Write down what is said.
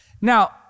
Now